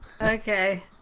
Okay